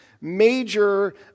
major